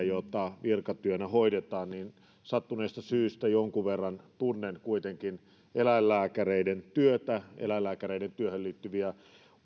joita virkatyönä hoidetaan niin sattuneesta syystä jonkin verran tunnen kuitenkin eläinlääkäreiden työtä ja eläinlääkäreiden työhön liittyviä